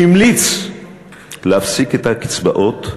המליץ להפסיק את הקצבאות,